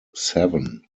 seven